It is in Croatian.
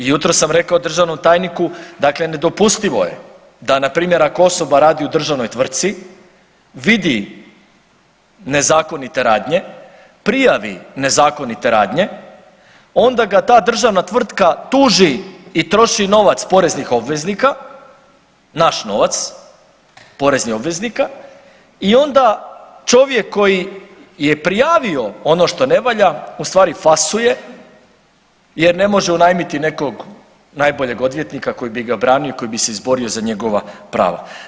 I jutros sam rekao državnom tajniku dakle nedopustivo je da npr. osoba radi u državnoj tvrtci vidi nezakonite radnje, prijavi nezakonite radnje onda ga ta državna tvrtka tuži i troši novac poreznih obveznika, naš novac poreznih obveznika i onda čovjek koji je prijavio ono što ne valja ustvari fasuje jer ne može unajmiti nekog najboljeg odvjetnika koji bi ga branio koji bi se izborio za njegova prava.